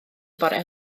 bore